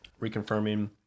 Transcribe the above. reconfirming